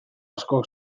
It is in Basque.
asko